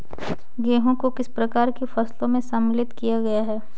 गेहूँ को किस प्रकार की फसलों में शामिल किया गया है?